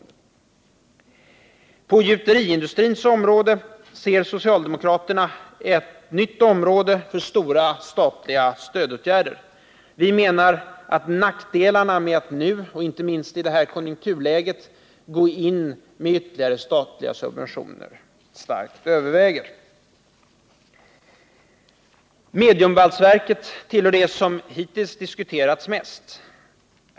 När det gäller gjuteriindustrin ser socialdemokraterna ett nytt område för stora statliga stödåtgärder. Vi menar att nackdelarna med att nu, inte minst i det här konjunkturläget, gå in med ytterligare statliga subventioner starkt överväger. Mediumvalsverket tillhör det som hittills har diskuterats mest.